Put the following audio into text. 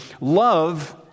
Love